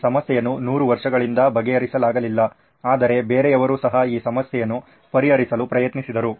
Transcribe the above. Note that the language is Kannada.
ಈ ಸಮಸ್ಯೆಯನ್ನು 100 ವರ್ಷಗಳಿಂದ ಬಗೆಹರಿಸಲಾಗಲಿಲ್ಲ ಆದರೆ ಬೇರೆಯವರು ಸಹ ಈ ಸಮಸ್ಯೆಯನ್ನು ಪರಿಹರಿಸಲು ಪ್ರಯತ್ನಿಸಿದರು